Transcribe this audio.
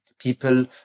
People